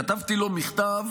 כתבתי לו מכתב